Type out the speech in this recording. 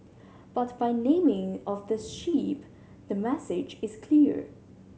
but by the naming of this ship the message is clear